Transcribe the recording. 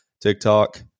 TikTok